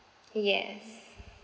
yes